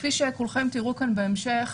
כפי שכולכם תראו כאן בהמשך,